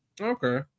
Okay